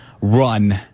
run